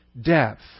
depth